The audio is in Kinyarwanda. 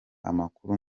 amakuru